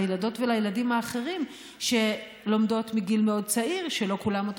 לילדות ולילדים האחרים שלומדות מגיל מאוד צעיר שלא כולם אותו